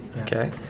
Okay